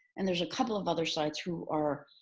and there's a couple of other sites who are